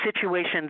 situation